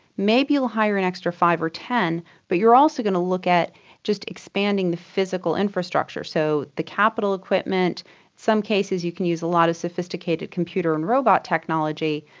maybe you'll hire an extra five or ten but you are also going to look at just expanding the physical infrastructure, so the capital equipment some cases you can use a lot of sophisticated computer and robot technology.